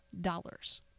dollars